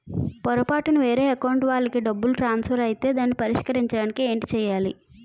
పొరపాటున వేరే అకౌంట్ వాలికి డబ్బు ట్రాన్సఫర్ ఐతే దానిని పరిష్కరించడానికి ఏంటి చేయాలి?